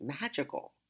magical